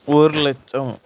ஒரு லட்சம்